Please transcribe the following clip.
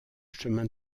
chemin